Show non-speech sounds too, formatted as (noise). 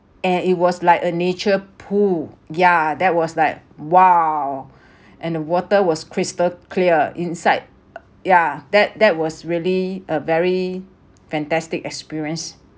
and it was like a nature pool yeah that was like !wow! (breath) and the water was crystal clear inside yeah that that was really a very fantastic experience